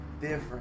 different